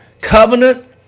covenant